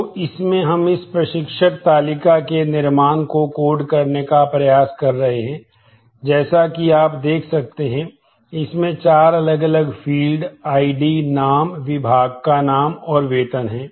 तो इसमें हम इस प्रशिक्षक तालिका के निर्माण को कोड का होता है